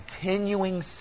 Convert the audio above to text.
continuing